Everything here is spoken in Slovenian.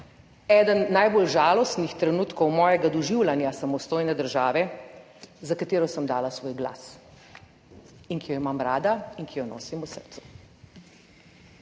eden najbolj žalostnih trenutkov mojega doživljanja samostojne države, za katero sem dala svoj glas in ki jo imam rada in ki jo nosim v srcu.